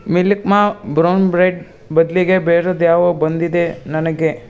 milk ಮಾ brown bread ಬದಲಿಗೆ ಬೇರೆದ್ಯಾವ್ದೊ ಬಂದಿದೆ ನನಗೆ